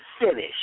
finish